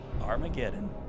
Armageddon